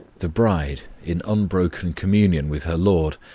the bride, in unbroken communion with her lord,